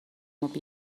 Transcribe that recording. بیفتم